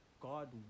god